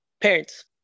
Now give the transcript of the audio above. Parents